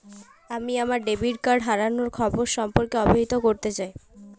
আমি আমার debit card হারানোর খবর সম্পর্কে অবহিত করতে চাই